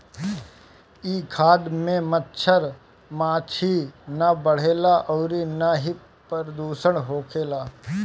इ खाद में मच्छर माछी ना बढ़ेला अउरी ना ही प्रदुषण होखेला